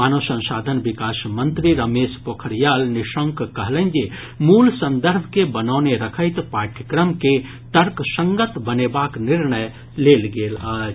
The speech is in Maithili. मानव संसाधन विकास मंत्री रमेश पोखरियाल निशंक कहलनि जे मूल संदर्भ के बनौने रखैत पाठ्यक्रम के तर्कसंगत बनेबाक निर्णय लेल गेल अछि